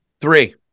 three